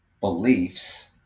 beliefs